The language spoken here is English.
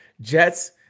Jets